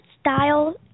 style